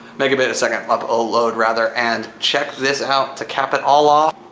megabit-a-second upload, rather. and check this out. to cap it all off,